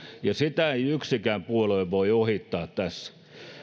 ja sitä ei yksikään puolue voi ohittaa tässä